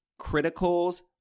criticals